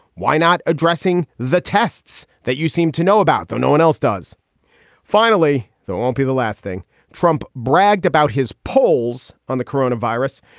why not addressing the tests that you seem to know about, though? no one else. does finally, though, won't be the last thing trump bragged about his polls on the corona virus,